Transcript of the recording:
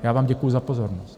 Já vám děkuji za pozornost.